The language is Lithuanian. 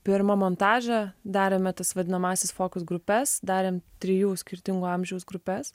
pirmą montažą darėme tas vadinamąsias focus grupes darėm trijų skirtingų amžiaus grupes